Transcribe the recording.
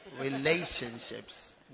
relationships